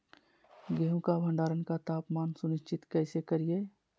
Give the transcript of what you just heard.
गेहूं का भंडारण का तापमान सुनिश्चित कैसे करिये?